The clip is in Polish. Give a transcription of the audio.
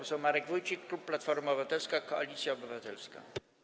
Poseł Marek Wójcik, klub Platforma Obywatelska - Koalicja Obywatelska.